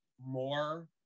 more